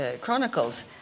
Chronicles